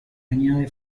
añade